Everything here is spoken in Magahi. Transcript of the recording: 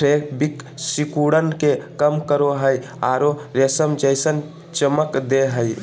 फेब्रिक सिकुड़न के कम करो हई आरो रेशम जैसन चमक दे हई